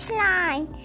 line